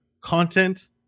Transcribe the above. content